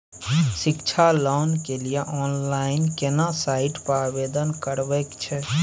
शिक्षा लोन के लिए ऑनलाइन केना साइट पर आवेदन करबैक छै?